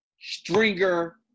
Stringer